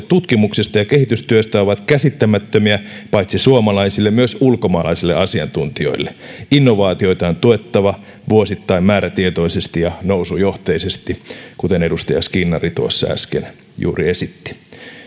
tutkimuksesta ja kehitystyöstä ovat käsittämättömiä paitsi suomalaisille myös ulkomaalaisille asiantuntijoille innovaatioita on tuettava vuosittain määrätietoisesti ja nousujohteisesti kuten edustaja skinnari äsken juuri esitti